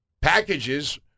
packages